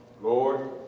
Lord